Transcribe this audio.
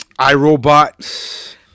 iRobot